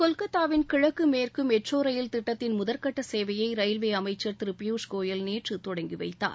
கொல்கத்தாவின் கிழக்கு மேற்கு metro rail திட்டத்தின் முதற்கட்ட சேவையை ரயில்வே அமைச்சர் திரு பியூஸ் கோயல் நேற்று தொடங்கி வைத்தார்